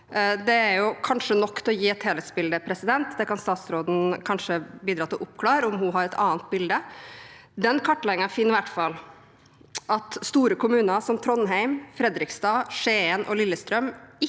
Det er kanskje nok å gi et helhetsbilde. Statsråden kan kanskje bidra til å oppklare det om hun har et annet bilde. Kartleggingen finner i hvert fall at store kommuner som Trondheim, Fredrikstad, Skien og Lillestrøm